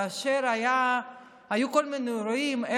כאשר היו כל מיני אירועים,